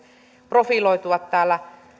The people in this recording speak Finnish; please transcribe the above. profiloitua täällä